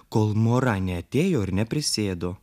kol mora neatėjo ir neprisėdo